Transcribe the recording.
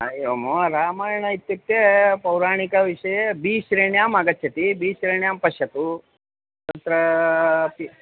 हा एवं वा रामायणम् इत्युक्ते पौराणिकविषये बी श्रेण्याम् आगच्छति बी श्रेण्यां पश्यतु तत्रपि